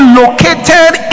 located